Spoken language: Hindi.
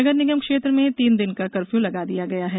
नगरनिगम क्षेत्र में तीन दिन का कफर्य लागू किया गया है